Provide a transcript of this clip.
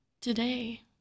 today